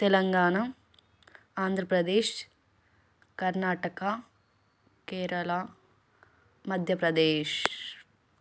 Telangana Andhra Pradesh Karnataka Kerala Madhya Pradesh